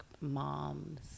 moms